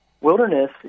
wilderness